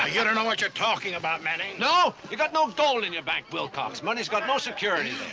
ah you don't know what you're talking about, manning. no? you got no gold in your bank, wilcox. money's got no security